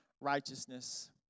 righteousness